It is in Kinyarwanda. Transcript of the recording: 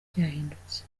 byahindutse